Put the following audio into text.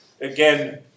again